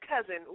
cousin